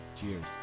Cheers